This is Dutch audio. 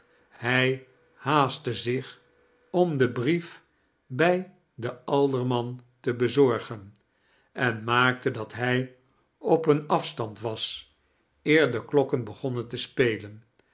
hij haastte zich om den brief bij den alderman te bezorgen en maakte dat hij op een afstand was eer de klokken begonnen te spelen